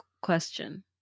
question